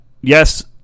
yes